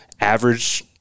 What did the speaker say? average